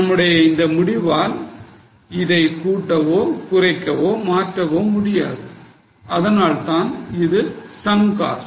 நம்முடைய இந்த முடிவால் இதை கூட்டவோ குறைக்கவோ மாற்றவோ முடியாது அதனால்தான் இது sunk cost